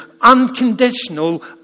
unconditional